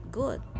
good